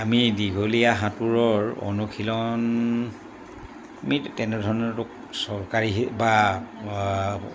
আমি দীঘলীয়া সাঁতোৰৰ অনুশীলন আমি তেনেধৰণৰ চৰকাৰী বা